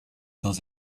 dos